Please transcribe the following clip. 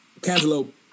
Cantaloupe